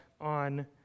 on